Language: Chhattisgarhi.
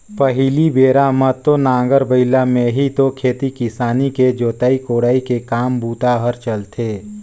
पहिली बेरा म तो नांगर बइला में ही तो खेती किसानी के जोतई कोड़ई के काम बूता हर चलथे